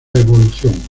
evolución